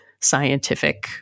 scientific